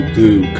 Blue